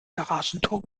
garagentor